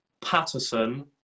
Patterson